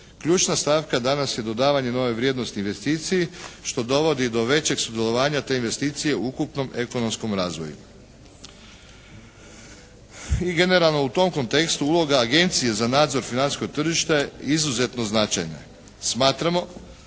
Ključna stavka danas je dodavanje nove vrijednosti investiciji što dovodi do većeg sudjelovanja te investicije u ukupnom ekonomskom razvoju. I generalno u tom kontekstu uloga Agencije za nadzor financijskog tržišta je izuzetno značajna. Smatramo